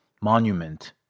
Monument